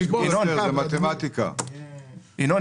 ינון,